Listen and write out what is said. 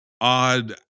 odd